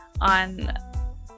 on